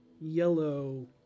yellow